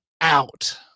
out